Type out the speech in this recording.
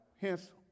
Hence